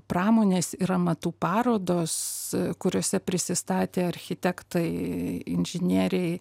pramonės ir amatų parodos kuriose prisistatė architektai inžinieriai